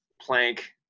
plank